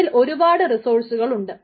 ഇതിൽ ഒരുപാട് റിസോഴ്സുകളുണ്ട്